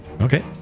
Okay